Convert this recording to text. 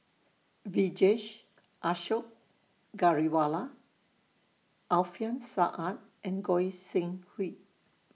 Vijesh Ashok Ghariwala Alfian Sa'at and Goi Seng Hui